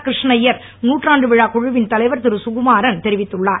கிருஷ்ணய்யர் நூற்றாண்டு விழாக் குழுவின் தலைவர் திருக்குமாறன் தெரிவித்துள்ளார்